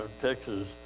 Texas